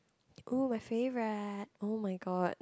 oh my favorite oh-my-god